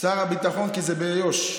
כי זה ביו"ש,